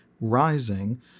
rising